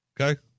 Okay